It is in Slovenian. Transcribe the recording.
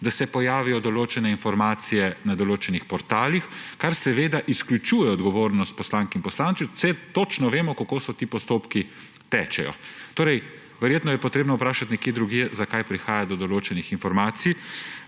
da se pojavijo določene informacije na določenih portalih. Kar seveda izključuje odgovornost poslank in poslancev, če točno vemo, kako ti postopki tečejo. Torej, verjetno je potrebno vprašati nekje drugje, zakaj prihaja do določenih informacij,